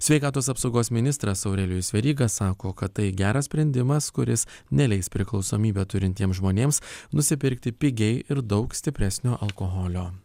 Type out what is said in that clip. sveikatos apsaugos ministras aurelijus veryga sako kad tai geras sprendimas kuris neleis priklausomybę turintiems žmonėms nusipirkti pigiai ir daug stipresnio alkoholio